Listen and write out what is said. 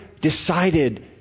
decided